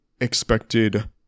expected